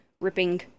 ripping